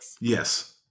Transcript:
Yes